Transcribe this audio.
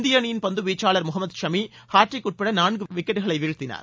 இந்திய அணியின் பந்து வீச்சாளர் முகமது ஷமி ஹாட்ரிக் உட்பட நான்கு விக்கெட் வீழ்த்தினார்